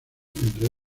entre